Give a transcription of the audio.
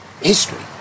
history